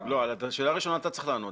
על השאלה הראשונה אתה צריך לענות,